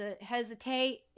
hesitate